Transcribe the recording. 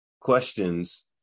questions